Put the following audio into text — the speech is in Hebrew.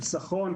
החיסכון,